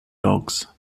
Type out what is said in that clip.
dogs